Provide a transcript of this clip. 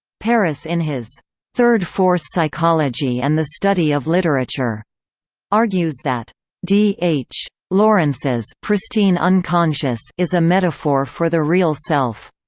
paris in his third force psychology and the study of literature argues that d h. lawrence's pristine unconscious is a metaphor for the real self.